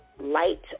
light